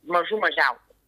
mažų mažiausia